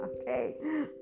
okay